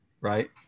right